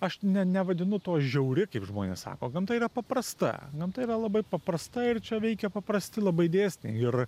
aš ne nevadinu to žiauri kaip žmonės sako gamta yra paprasta gamta yra labai paprasta ir čia veikia paprasti labai dėsniai ir